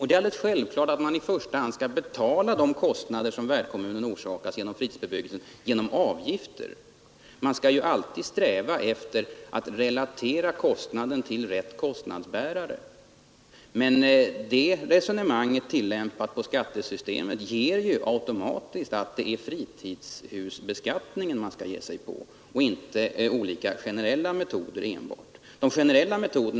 Det är alldeles självklart att vederbörande i första hand skall betala de kostnader som värdkommunen åsamkas på grund av fritidsbebyggelsen genom avgifter — man skall alltid sträva efter att relatera kostnaden till rätt kostnadsbärare. Men det resonemanget tillämpat på skattesystemet leder automatiskt fram till att det är fritidshusbeskattningen man skall ge sig på och inte enbart olika generella metoder.